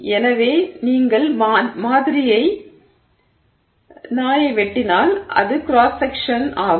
எனவே நீங்கள் மாதிரி நாயை வெட்டினால் அது கிராஸ் செக்க்ஷன் ஆகும்